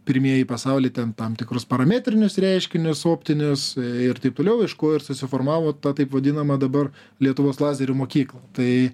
pirmieji pasauly ten tam tikrus parametrinius reiškinius optinius ir taip toliau iš ko ir susiformavo ta taip vadinama dabar lietuvos lazerių mokykla tai